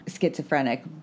schizophrenic